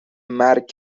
مرگ